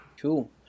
Cool